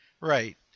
Right